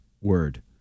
word